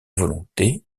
volonté